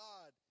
God